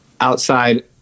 outside